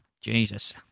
Jesus